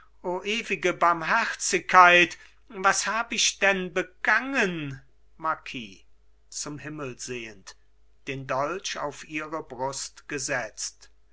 o ewige barmherzigkeit was hab ich denn begangen marquis zum himmel sehend den dolch auf ihre brust gesetzt